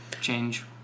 change